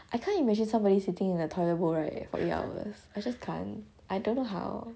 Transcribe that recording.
I can't imagine somebody sitting in a toilet bowl right for eight hours I just can't I don't know how